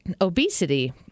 obesity